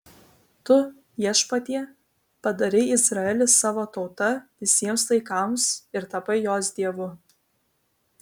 tu viešpatie padarei izraelį savo tauta visiems laikams ir tapai jos dievu